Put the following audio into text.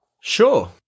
Sure